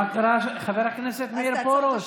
מה קרה, חבר הכנסת מאיר פרוש?